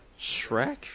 Shrek